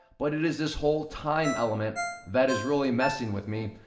but it is this whole time element that is really messing with me.